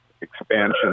expansion